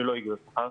שלא הגדילו את השכר,